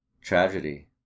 tragedy